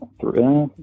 Three